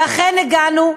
אכן הגענו,